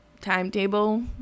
timetable